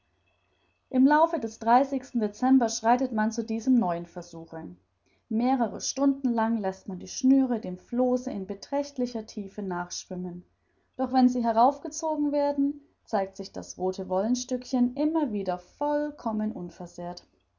im laufe des dezember schreitet man zu diesem neuen versuche mehrere stunden lang läßt man die schnüre dem flosse in beträchtlicher tiefe nachschwimmen doch wenn sie heraufgezogen werden zeigt sich das rothe wollenstückchen immer vollkommen unversehrt